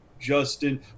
Justin